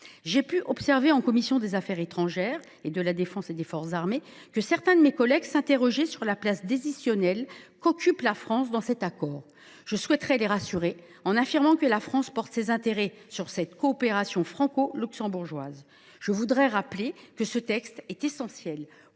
J’ai pu observer en commission des affaires étrangères, de la défense et des forces armées que certains de mes collègues s’interrogeaient sur la place décisionnelle qu’occupe la France dans cet accord. Je souhaiterais les rassurer en réaffirmant que la France défend ses intérêts dans cette coopération franco luxembourgeoise. Je voudrais rappeler que ce texte est essentiel